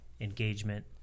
engagement